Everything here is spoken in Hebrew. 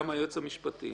משפטיים